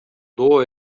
доо